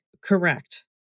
Correct